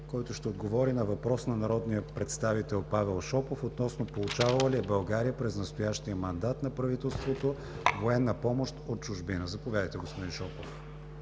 Той ще отговори на въпрос от народния представител Павел Шопов относно получавала ли е България през настоящия мандат на правителството военна помощ от чужбина. Заповядайте, господин Шопов.